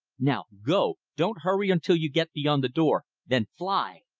now, go. don't hurry until you get beyond the door then fly!